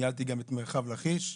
ניהלתי גם את מרחב לכיש.